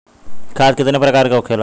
खाद कितने प्रकार के होखेला?